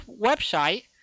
website